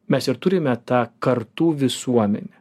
mes ir turime tą kartų visuomenę